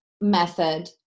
method